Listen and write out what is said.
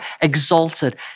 exalted